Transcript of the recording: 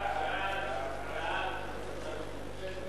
שוב